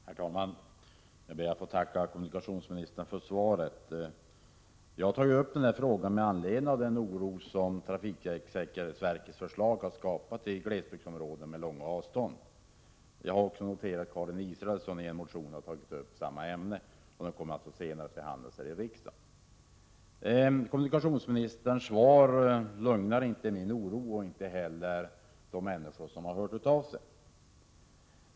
Herr talman! Jag ber att få tacka kommunikationsministern för svaret. Jag har tagit upp denna fråga med anledning av den oro som trafiksäkerhetsverkets förslag skapat i glesbygdsområden med långa avstånd. Jag har också noterat att Karin Israelsson har tagit upp samma ämne i en motion, som senare kommer att behandlas här i riksdagen: Kommunikationsministerns svar lugnar inte min oro och lugnar säkert inte heller de människor som hört av sig.